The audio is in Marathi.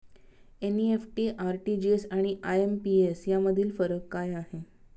एन.इ.एफ.टी, आर.टी.जी.एस आणि आय.एम.पी.एस यामधील फरक काय आहे?